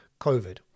COVID